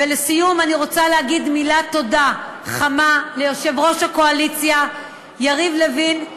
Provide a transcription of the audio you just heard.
ולסיום אני רוצה להגיד מילת תודה חמה ליושב-ראש הקואליציה יריב לוין,